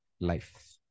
life